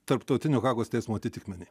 tarptautinio hagos teismo atitikmenį